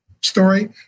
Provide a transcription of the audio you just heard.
story